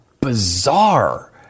bizarre